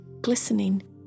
glistening